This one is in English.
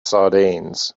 sardines